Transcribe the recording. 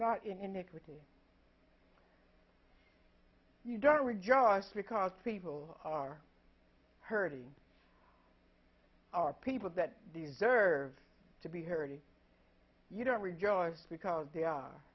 in iniquity you don't rejoice because people are hurting are people that deserve to be hurting you don't rejoice because they are